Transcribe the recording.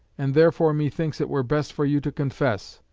and therefore methinks it were best for you to confess,